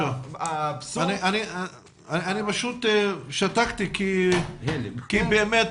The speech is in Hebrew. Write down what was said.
אני פשוט שתקתי כי באמת,